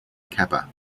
kappa